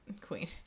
queen